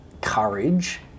courage